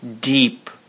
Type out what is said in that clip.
deep